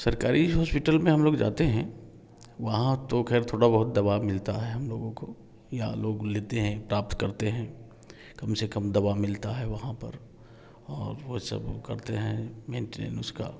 सरकारी हॉस्पिटल में हम लोग जाते हैं वहाँ तो खैर बहुत दवा मिलता है हम लोगों को या लोग लेते हैं प्राप्त करते हैं कम से कम दवा मिलता है वहाँ पर और वो सब करते हैं मेंटेन उसका